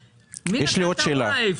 מי נתן את ההוראה איפה?